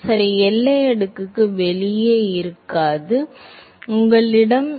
சரி எல்லை அடுக்குக்கு வெளியே இல்லை இருக்காது உங்களிடம் இருக்காது